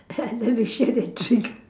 and then we share the drink